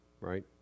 right